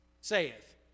saith